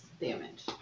damage